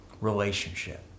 relationship